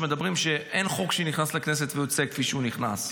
אומרים שאין חוק שנכנס לכנסת ויוצא כפי שהוא נכנס?